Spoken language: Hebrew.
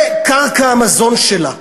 זה קרקע המזון שלה.